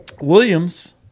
Williams